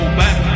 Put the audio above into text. back